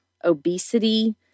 obesity